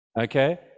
okay